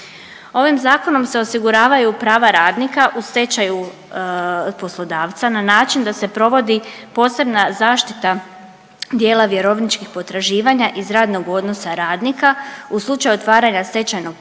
Ovim zakonom se osiguravaju prava radnika u stečaju poslodavca na način da se provodi posebna zaštita dijela vjerovničkih potraživanja iz radnog odnosa radnika u slučaju otvaranja stečajnog postupka